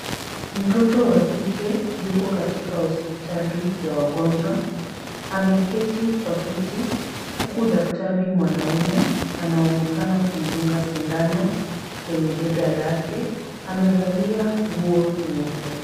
Mtoto wa kike yuko katika hospitali ya wagonjwa. Ameketi kwa kiti, huku daktari mwanaume anaonekana kumdunga sindano, kwenye bega lake. Amevalia nguo nyeupe.